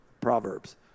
Proverbs